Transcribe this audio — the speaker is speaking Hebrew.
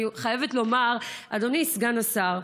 אני חייבת לומר, אדוני סגן השר,